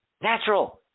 natural